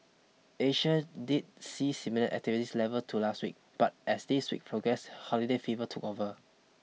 Asia did see similar activities levels to last week but as this week progressed holiday fever took over